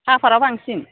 साहपातआ बांसिन